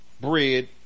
bread